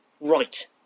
right